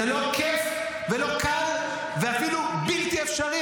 זה לא כיף ולא קל, ואפילו בלתי אפשרי.